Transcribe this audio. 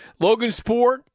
Logansport